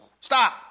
Stop